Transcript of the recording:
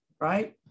right